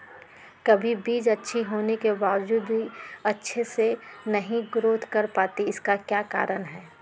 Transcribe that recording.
कभी बीज अच्छी होने के बावजूद भी अच्छे से नहीं ग्रोथ कर पाती इसका क्या कारण है?